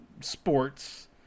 sports